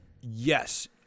yes